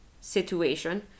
situation